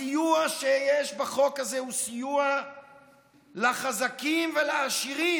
הסיוע שיש בחוק הזה הוא סיוע לחזקים ולעשירים.